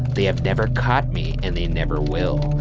they have never caught me, and they never will.